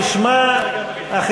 למה לקחת על עצמך את התפקיד הזה?